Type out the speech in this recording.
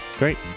Great